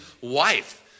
wife